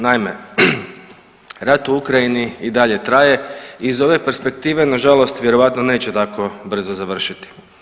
Naime, rat u Ukrajini i dalje traje i iz ove perspektive nažalost vjerojatno neće tako brzo završiti.